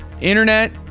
internet